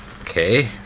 Okay